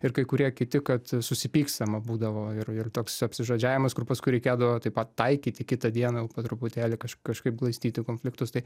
ir kai kurie kiti kad susipykstama būdavo ir ir toks apsižodžiavimas paskui reikėdavo taip pat taikyti kitą dieną jau po truputėlį kaž kažkaip glaistyti konfliktus tai